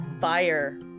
fire